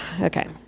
Okay